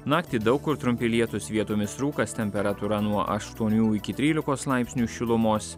naktį daug kur trumpi lietūs vietomis rūkas temperatūra nuo aštuonių iki trylikos laipsnių šilumos